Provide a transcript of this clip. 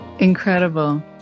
Incredible